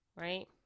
right